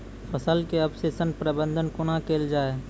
फसलक अवशेषक प्रबंधन कूना केल जाये?